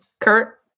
Kurt